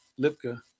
Lipka